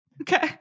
Okay